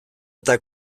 eta